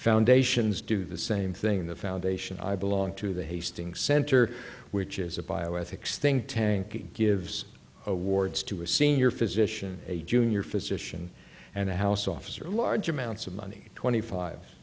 foundations do the same thing the foundation i belong to the hastings center which is a bioethics think tank it gives awards to a senior physician a junior physician and a house officer large amounts of money twenty five